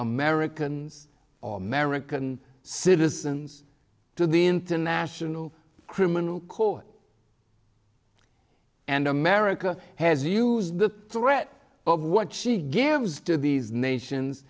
americans or american citizens to the international criminal court and america has used the threat of what she gives to these nations